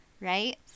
Right